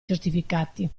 certificati